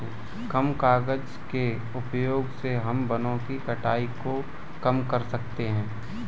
कम कागज़ के उपयोग से हम वनो की कटाई को कम कर सकते है